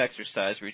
exercise